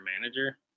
manager